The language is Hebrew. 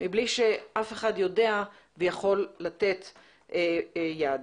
מבלי שאף אחד יודע ויכול לתת יד.